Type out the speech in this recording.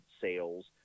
sales